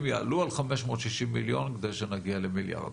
יעלו על 560 מיליון כדי שנגיע למיליארד.